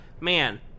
man